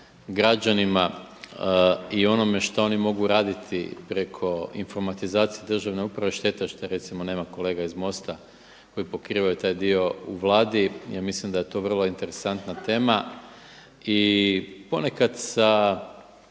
građanima i onome šta oni mogu raditi preko informatizacije državne uprave, šteta je recimo što nema kolega iz MOST-a koji pokrivaju taj dio u Vladi i ja mislim da je to vrlo interesantna tema. I ponekad sa